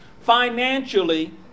financially